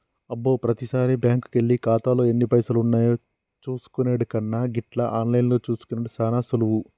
అబ్బో ప్రతిసారి బ్యాంకుకెళ్లి ఖాతాలో ఎన్ని పైసలున్నాయో చూసుకునెడు కన్నా గిట్ల ఆన్లైన్లో చూసుకునెడు సాన సులువు